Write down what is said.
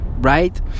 right